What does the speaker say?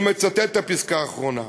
אני מצטט את הפסקה האחרונה: